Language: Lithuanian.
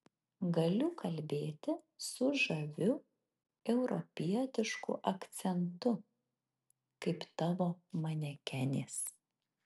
galiu kalbėti su žaviu europietišku akcentu kaip tavo manekenės